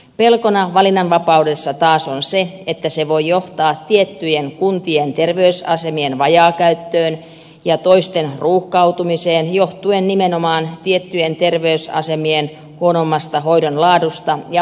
pelkona valinnanvapaudessa taas on se että se voi johtaa tiettyjen kuntien terveysasemien vajaakäyttöön ja toisten ruuhkautumiseen johtuen nimenomaan tiettyjen terveysasemien huonommasta hoidon laadusta ja palvelutasosta